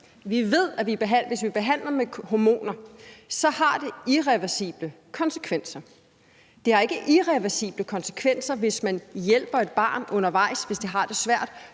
vi ved – at hvis vi behandler med hormoner, så har det irreversible konsekvenser. Det har ikke irreversible konsekvenser, hvis man hjælper et barn, der har det svært,